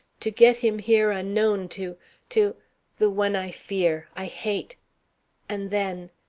to get him here unknown to to the one i fear, i hate and then,